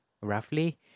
roughly